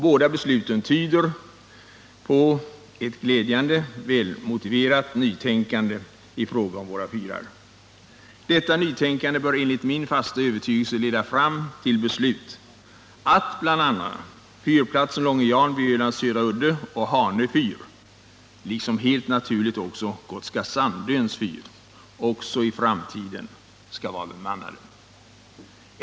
Båda besluten tyder på ett glädjande, välmotiverat nytänkande i fråga om våra fyrar. Detta nytänkande bör enligt min fasta övertygelse leda fram till beslutet att bl.a. fyrplatsen Långe Jan vid Ölands södra udde och Hanö fyr, liksom helt naturligt också Gotska Sandöns fyr, även i framtiden skall vara bemannade.